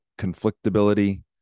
Conflictability